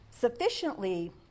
sufficiently